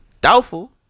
Doubtful